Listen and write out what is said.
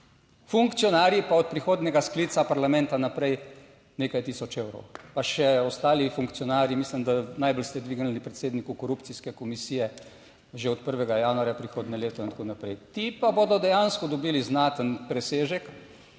funkcionarji pa od prihodnjega sklica parlamenta naprej nekaj 1000 evrov pa še ostali funkcionarji mislim, da najbolj ste dvignili predsedniku korupcijske komisije že od 1. januarja prihodnje leto in tako naprej. Ti pa bodo dejansko dobili znaten presežek